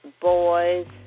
boys